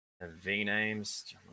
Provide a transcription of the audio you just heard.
V-names